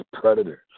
predators